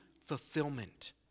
fulfillment